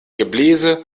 gebläse